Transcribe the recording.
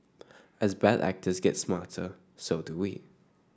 as bad actors gets smarter so do we